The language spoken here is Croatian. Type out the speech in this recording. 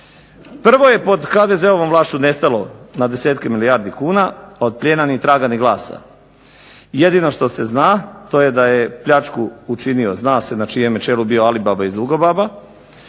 Prvo je pod HDZ-ovom vlašću nestalo na desetke milijardi kuna, a od plijena ni traga ni glasa. Jedino što se zna to je da je pljačku učinio zna se na čijem je čelu bio Alibaba iz Dugobaba,